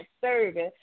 service